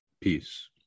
peace